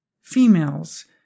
females